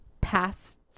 past